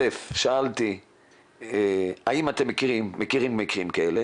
שאלתי האם אתם מכירים מקרים כאלה